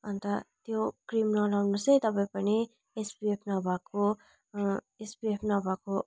अन्त त्यो क्रिम नलगाउनु होस् है तपाईँ पनि एसपिएफ नभएको एसपिएफ नभएको